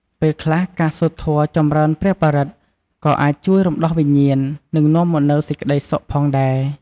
ពេលខ្លះការសូត្រធម៌ចំរើនព្រះបរិត្ត ក៏អាចជួយរំដោះវិញ្ញាណ និងនាំមកនូវសេចក្តីសុខផងដែរ។